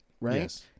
right